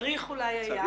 אולי צריך היה,